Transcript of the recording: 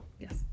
Yes